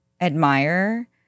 admire